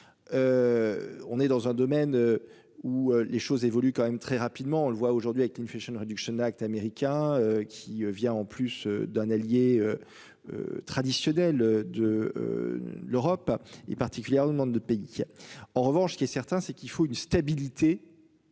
On est dans un domaine. Où les choses évoluent quand même très rapidement, on le voit aujourd'hui avec une fiche, une réduction Act américain qui vient en plus d'un allié. Traditionnel de. L'Europe et particulièrement monde de pays. En revanche ce qui est certain c'est qu'il faut une stabilité.